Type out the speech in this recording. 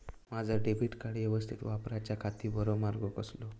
माजा debit card यवस्तीत वापराच्याखाती बरो मार्ग कसलो?